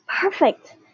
Perfect